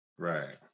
Right